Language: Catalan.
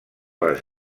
les